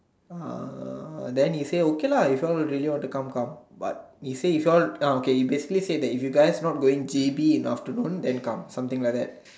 uh then he say okay lah if you all really want to come come but he say if you all uh okay he basically say that if you guys not going J_B in the afternoon then come something like that